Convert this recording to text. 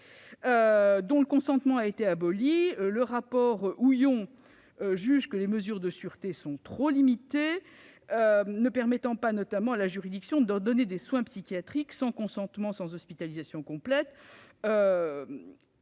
dont le consentement a été aboli. Le rapport Houillon estime que les mesures de sûreté sont trop limitées et notamment ne permettent pas à la juridiction d'ordonner des soins psychiatriques sans consentement, sauf hospitalisation complète.